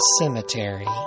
cemetery